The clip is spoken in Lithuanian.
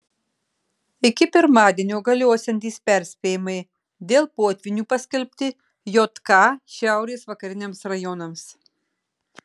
iki pirmadienio galiosiantys perspėjimai dėl potvynių paskelbti jk šiaurės vakariniams rajonams